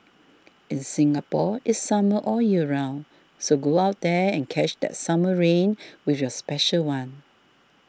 in Singapore it's summer all year round so go out there and catch that summer rain with your special one